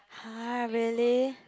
!huh! really